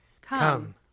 Come